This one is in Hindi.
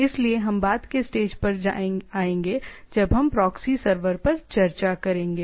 इसलिए हम बाद के स्टेज पर आएंगे जब हम प्रॉक्सी सर्वर पर चर्चा करेंगे